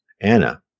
Anna